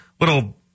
little